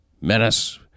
menace